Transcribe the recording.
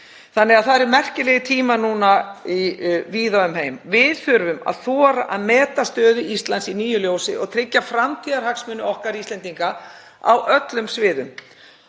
sama hér. Það eru merkilegir tímar núna víða um heim. Við þurfum að þora að meta stöðu Íslands í nýju ljósi og tryggja framtíðarhagsmuni okkar Íslendinga á öllum sviðum.